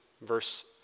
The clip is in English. verse